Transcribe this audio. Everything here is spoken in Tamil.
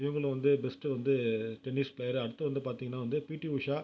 இவங்களும் வந்து பெஸ்ட்டு வந்து டென்னிஸ் ப்ளேயரு அடுத்து வந்து பார்த்தீங்கன்னா வந்து பிடி உஷா